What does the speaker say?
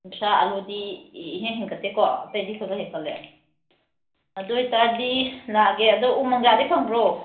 ꯀꯨꯟꯊ꯭ꯔꯥ ꯑꯂꯨꯗꯤ ꯏꯍꯦꯟ ꯍꯦꯟꯒꯠꯇꯦꯀꯣ ꯑꯇꯩꯗꯤ ꯈꯔ ꯈꯔ ꯍꯦꯟꯒꯠꯂꯦ ꯑꯗꯣꯑꯣꯏꯇꯥꯔꯗꯤ ꯂꯥꯛꯑꯒꯦ ꯑꯗꯣ ꯎ ꯃꯪꯒ꯭ꯔꯥꯗꯤ ꯐꯪꯕ꯭ꯔꯣ